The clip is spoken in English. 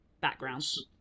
backgrounds